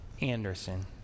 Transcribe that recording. Anderson